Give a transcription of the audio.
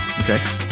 okay